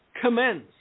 commence